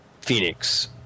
Phoenix